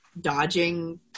dodging